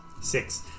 Six